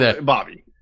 Bobby